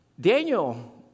Daniel